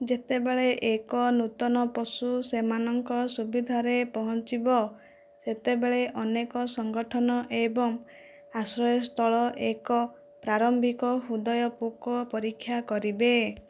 ଯେତେବେଳେ ଏକ ନୂତନ ପଶୁ ସେମାନଙ୍କ ସୁବିଧାରେ ପହଞ୍ଚିବ ସେତେବେଳେ ଅନେକ ସଂଗଠନ ଏବଂ ଆଶ୍ରୟସ୍ଥଳ ଏକ ପ୍ରାରମ୍ଭିକ ହୃଦୟ ପୋକ ପରୀକ୍ଷା କରିବେ